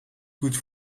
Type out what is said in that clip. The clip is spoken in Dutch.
goed